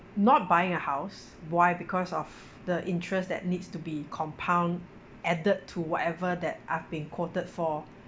not buying a house why because of the interest that needs to be compound added to whatever that I've been quoted for